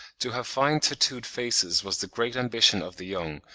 to have fine tattooed faces was the great ambition of the young,